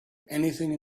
anything